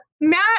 Matt